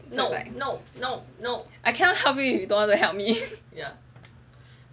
I cannot help you if you don't want to help me